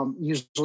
Usually